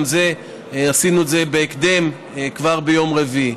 גם זה עשינו את זה בהקדם, כבר ביום רביעי.